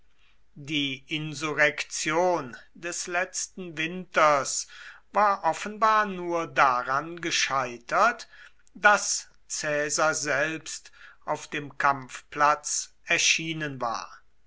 die insurrektion des letzten winters war offenbar nur daran gescheitert daß caesar selbst auf dem kampfplatz erschienen war